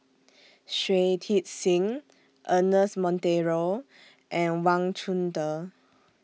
Shui Tit Sing Ernest Monteiro and Wang Chunde